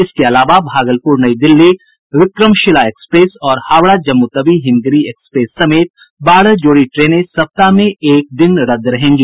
इसके अलावा भागलपुर नई दिल्ली विक्रमशिला एक्सप्रेस और हावड़ा जम्मूतवी हिमगिरी एक्सप्रेस समेत बारह जोड़ी ट्रेनें सप्ताह में एक दिन रदद रहेंगी